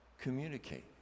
communicate